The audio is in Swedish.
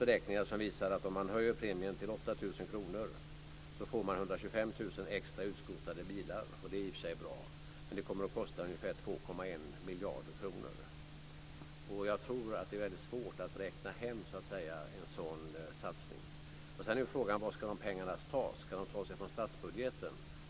Beräkningar visar att om premien höjs till 8 000 kr så får man 125 000 extra utskrotade bilar. Det är i och för sig bra, men det kommer att kosta ungefär 2,1 miljarder kronor. Det är nog väldigt svårt att "räkna hem" en sådan satsning. Sedan är frågan varifrån pengarna ska tas. Vi vet hur trångt det är om utrymme i statsbudgeten.